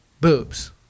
boobs